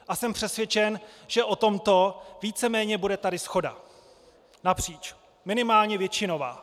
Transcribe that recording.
A jsem přesvědčen, že o tomto víceméně bude tady shoda napříč, minimálně většinová.